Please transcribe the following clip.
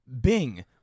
Bing